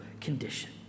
condition